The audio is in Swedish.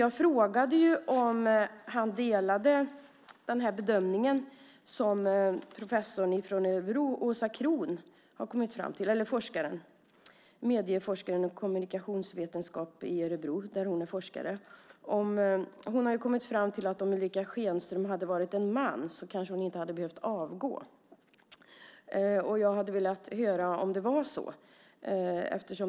Jag frågade om han delade den bedömning som en forskare från Örebro, Åsa Kroon, har kommit fram till. Hon forskar i medie och kommunikationsvetenskap, och hon har kommit fram till att om Ulrica Schenström hade varit man hade hon kanske inte behövt avgå. Jag hade velat höra om det var så.